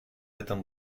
этом